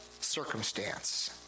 circumstance